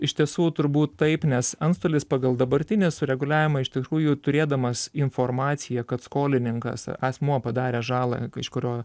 iš tiesų turbūt taip nes antstolis pagal dabartinį sureguliavimą iš tikrųjų turėdamas informaciją kad skolininkas asmuo padaręs žalą iš kurio